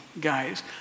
guys